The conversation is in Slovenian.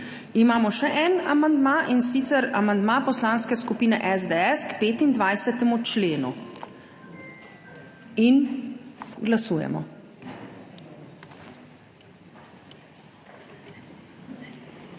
Imamo še en amandma, in sicer amandma Poslanske skupine SDS k 25. členu. Glasujemo.